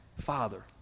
father